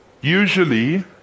Usually